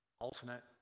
alternate